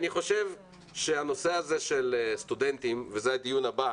אני חושב שהנושא הזה של סטודנטים וזה הדיון הבא